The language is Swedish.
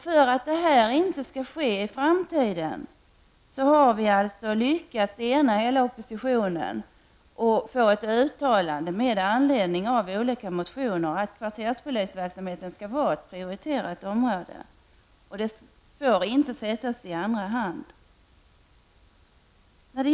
För att detta inte skall fortsätta i framtiden har vi lyckats ena hela oppositionen och få ett uttalande med anledning av olika motioner att kvarterspolisverksamheten skall vara ett prioriterat område och inte får sättas i andra hand.